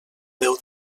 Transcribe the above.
déu